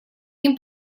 ним